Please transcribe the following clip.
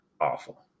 awful